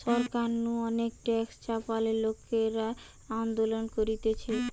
সরকার নু অনেক ট্যাক্স চাপালে লোকরা আন্দোলন করতিছে